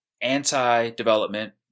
anti-development